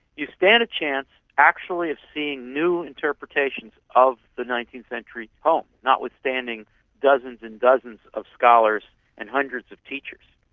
you stand a chance actually of seeing new interpretations of the nineteenth century poem, notwithstanding dozens and dozens of scholars and hundreds of teachers.